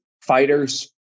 fighters